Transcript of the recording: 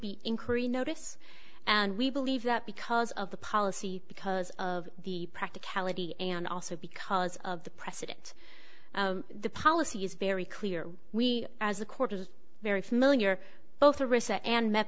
be increased notice and we believe that because of the policy because of the practicality and also because of the precedent the policy is very clear we as the court is very familiar both a recess and met